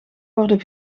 worden